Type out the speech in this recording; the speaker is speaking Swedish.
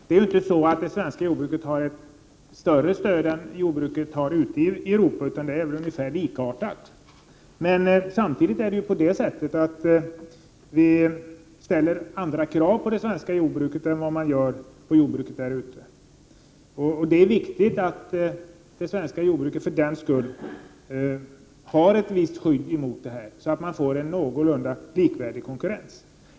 Det svenska jordbruket har inte större stöd än jordbruket ute i Europa; stödet är väl ungefär lika stort, men samtidigt ställer vi andra krav på det svenska jordbruket än vad man gör på jordbruket ute i Europa. Det är viktigt att det svenska jordbruket för den skull har ett visst skydd, så att konkurrensen blir något så när likvärdig.